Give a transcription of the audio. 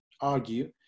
argue